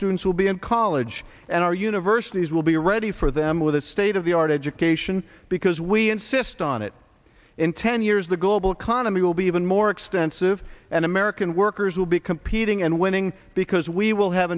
students will be in college and our universities will be ready for them with a state of the art education because we insist on it in ten years the global economy will be even more extensive and american workers will be competing and winning because we will have